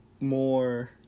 more